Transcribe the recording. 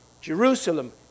Jerusalem